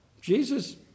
Jesus